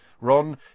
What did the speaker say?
Ron